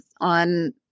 on